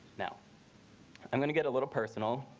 now i'm going to get a little personal.